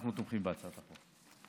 אנחנו תומכים בהצעת החוק.